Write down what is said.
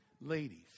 Ladies